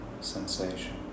sensation